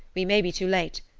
we may be too late.